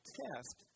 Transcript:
test